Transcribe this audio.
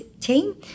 team